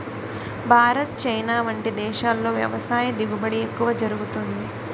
Bharat, China వంటి దేశాల్లో వ్యవసాయ దిగుబడి ఎక్కువ జరుగుతుంది